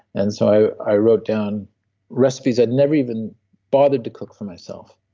and so i wrote down recipes i'd never even bothered to cook for myself,